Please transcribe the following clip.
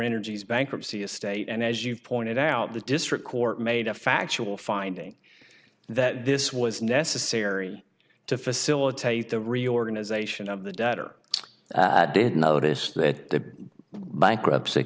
energy's bankruptcy estate and as you pointed out the district court made a factual finding that this was necessary to facilitate the reorganization of the debtor did notice that the bankruptcy